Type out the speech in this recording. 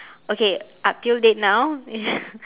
okay up till date now